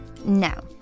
No